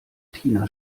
tina